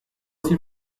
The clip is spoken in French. s’il